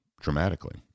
dramatically